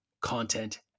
content